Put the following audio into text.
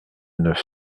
neuf